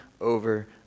over